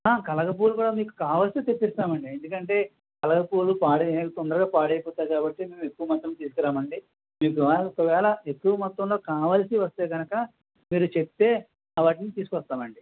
colour పూలు మీకు కావల్సితే తెప్పిస్తామండీ ఎందుకంటే కలర్ పూలు పాడయ్యి తొందరగా పాడయ్యిపోతాయి కాబట్టి మేము ఎక్కువ మొత్తంలో తీసుకురామండీ మీకు గాని ఒకవేళ ఎక్కువ మొత్తంలో కావాల్సి వస్తే కానుక మీరు చెప్తే వాటిని తీసుకొస్తామండీ